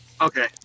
Okay